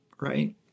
right